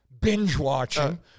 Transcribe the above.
binge-watching